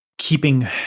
keeping